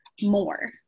more